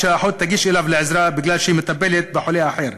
שהאחות תגיש אליו לעזרה בגלל שהיא מטפלת בחולה אחר.